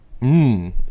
Mmm